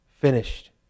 finished